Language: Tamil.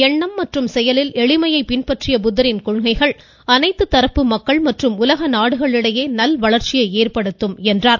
எண்ணம் மற்றும் செயலில் எளிமையை பின்பற்றிய புத்தரின் கொள்கைகள் அனைத்து தரப்பு மக்கள் மற்றும் உலக நாடுகளிடையே நல்வளர்ச்சியை ஏற்படுத்தும் என்றார்